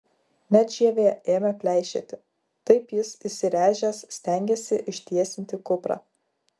net žievė ėmė pleišėti taip jis įsiręžęs stengėsi ištiesinti kuprą